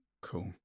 cool